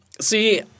See